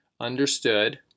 understood